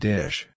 Dish